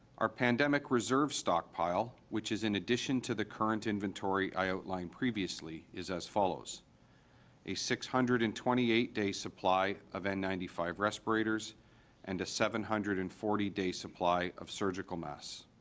our pandemic reserve stockpile which is in addition to the current inventory i aligned previously is as follows a six hundred and twenty eight day supply of n nine five respirators and a seven hundred and forty day supply of surgical mess